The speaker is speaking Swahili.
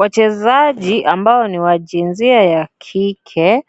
Wachezaji ambao ni jinsia ya kike